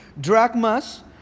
drachmas